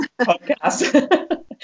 podcast